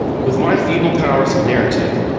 with my feeble powers of narrative,